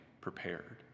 prepared